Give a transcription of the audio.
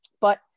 but-